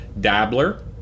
Dabbler